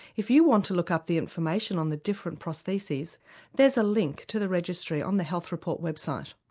if you want to look up the information on the different prostheses there's a link to the registry on the health report website.